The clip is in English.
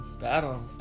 battle